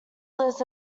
lives